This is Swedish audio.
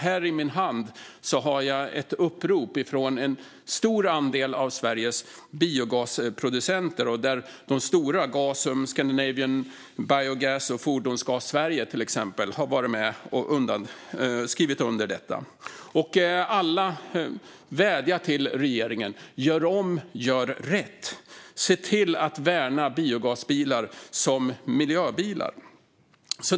Här i min hand har jag ett upprop från en stor andel av Sveriges biogasproducenter. De stora - Gasum, Scandinavian Biogas och Fordonsgas Sverige - har skrivit under uppropet. Alla vädjar till regeringen att göra om och göra rätt. Se till att värna biogasbilar som miljöbilar!